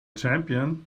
champion